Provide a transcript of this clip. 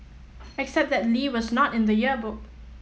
except that Lee was not in the yearbook